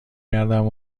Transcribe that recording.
کردم